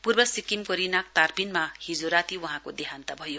पूर्व सिक्किमको रिनाकतार्पिनमा हिजो राती वहाँको देहान्त भयो